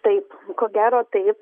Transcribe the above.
taip ko gero taip